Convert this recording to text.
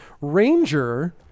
ranger